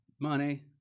money